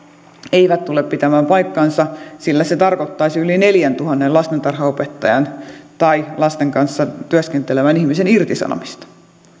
eivät tule pitämään paikkaansa sillä se tarkoittaisi yli neljäntuhannen lastentarhanopettajan tai lasten kanssa työskentelevän ihmisen irtisanomista